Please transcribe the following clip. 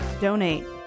donate